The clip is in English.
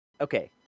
okay